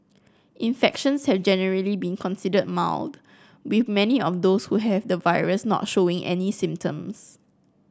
infections have generally been considered mild with many of those who have the virus not showing any symptoms